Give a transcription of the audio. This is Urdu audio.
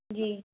جی